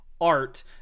art